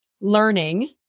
learning